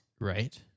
Right